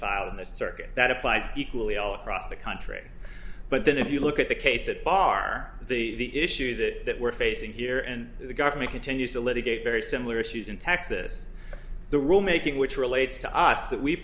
in the circuit that applies equally all across the country but then if you look at the case at bar the issue that we're facing here and the government continues to litigate very similar issues in texas the rule making which relates to us that we